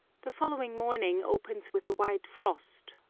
the following morning opens with a white frost,